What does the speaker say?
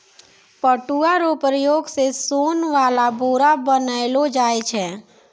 पटुआ रो प्रयोग से सोन वाला बोरा बनैलो जाय छै